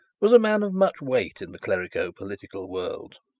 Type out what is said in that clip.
was a man of much weight in the clerico-political world.